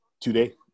today